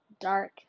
dark